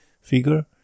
figure